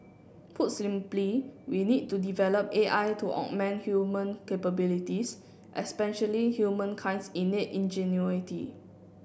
put simply we need to develop A I to augment human capabilities especially humankind's innate ingenuity